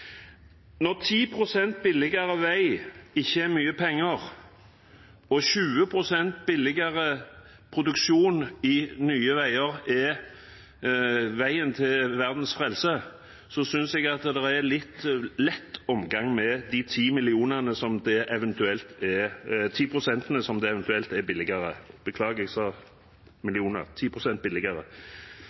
Når 10 pst. billigere vei ikke er mye penger og 20 pst. billigere produksjon i Nye Veier er veien til verdens frelse, synes jeg det er en litt lett omgang med de ti prosentene som det eventuelt er billigere, mens Nye Veier bygger veier 20 pst. billigere,